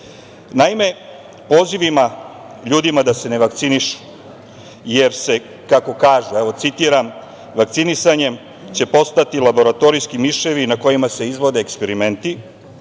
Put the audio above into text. Naime, pozivima ljudima da se ne vakcinišu, jer će, kako kažu, citiram „vakcinisanjem će postati laboratorijski miševi na kojima se izvode eksperimenti